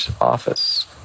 office